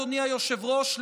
אדוני היושב-ראש,